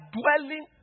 dwelling